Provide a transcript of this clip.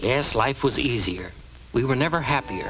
new life was easier we were never happ